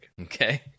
Okay